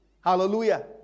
Hallelujah